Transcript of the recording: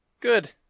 Good